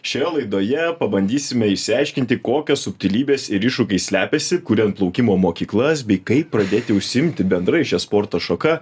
šioje laidoje pabandysime išsiaiškinti kokios subtilybės ir iššūkiai slepiasi kuriant plaukimo mokyklas bei kaip pradėti užsiimti bendrai šia sporto šaka